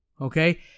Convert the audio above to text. Okay